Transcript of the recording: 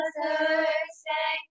Thursday